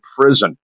prison